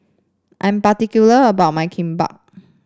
I am particular about my Kimbap